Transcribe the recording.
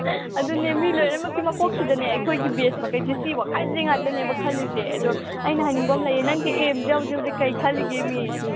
ꯑꯗꯨꯅꯦ ꯃꯤ ꯂꯣꯏꯅꯛꯤ ꯃꯀꯣꯛꯁꯤꯗꯅꯦ ꯑꯩꯈꯣꯏꯒꯤ ꯕꯦꯠꯆ ꯃꯈꯩꯁꯦ ꯁꯤ ꯋꯥꯈꯜꯁꯦ ꯉꯥꯛꯇꯅꯦꯕ ꯈꯂꯂꯤꯁꯦ ꯑꯗꯣ ꯑꯩꯅ ꯍꯥꯏꯅꯤꯡꯕ ꯑꯃ ꯂꯩꯑꯦ ꯅꯪꯒꯤ ꯑꯦꯝꯁꯦ ꯍꯧꯖꯤꯛ ꯍꯧꯖꯤꯛ ꯀꯩ ꯈꯜꯂꯤꯒꯦꯃꯤ